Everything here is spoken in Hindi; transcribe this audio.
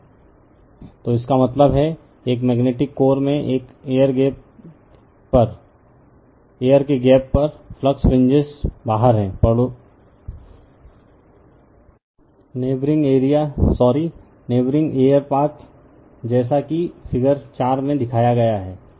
रिफर स्लाइड टाइम 1955 तो इसका मतलब है एक मेग्नेटिक कोर में एक एयर के गैप पर फ्लक्स फ्रिंज बाहर है neighbouring area sorry neighbouring air path जैसा कि फिगर 4 में दिखाया गया है